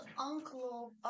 uncle